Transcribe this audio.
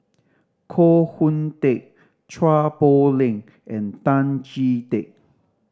Koh Hoon Teck Chua Poh Leng and Tan Chee Teck